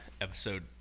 episode